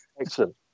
Excellent